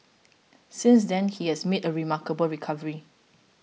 since then he has made a remarkable recovery